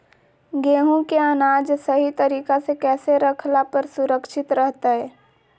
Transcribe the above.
गेहूं के अनाज सही तरीका से कैसे रखला पर सुरक्षित रहतय?